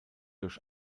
durch